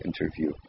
interview